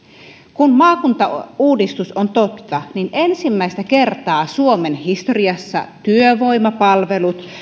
kun maakuntauudistus on totta ensimmäistä kertaa suomen historiassa työvoimapalvelut